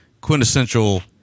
quintessential